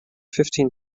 fifteen